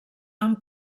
han